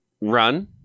run